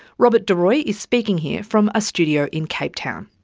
robert de rooy is speaking here from a studio in cape town.